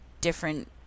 different